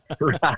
right